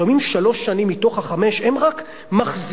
לפעמים שלוש שנים מתוך החמש הם רק מחזירים